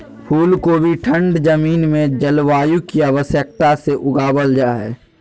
फूल कोबी ठंड जमीन में जलवायु की आवश्यकता से उगाबल जा हइ